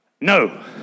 no